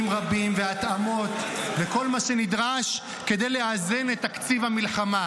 רבים והתאמות וכל מה שנדרש כדי לאזן את תקציב המלחמה.